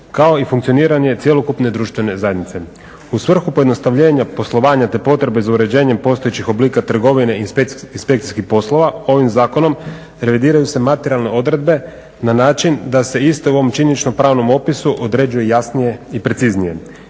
kao i funkcioniranje cjelokupne društvene zajednice. U svrhu pojednostavljenja poslovanja te potrebe za uređenjem postojećih oblika trgovine inspekcijskih poslova, ovim zakon revidiraju se materijalne odredbe na način da se iste u ovom činjeničnom, pravnom opisu određuje jasnije i preciznije.